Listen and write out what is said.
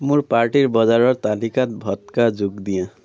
মোৰ পাৰ্টীৰ বজাৰৰ তালিকাত ভদকা যোগ দিয়া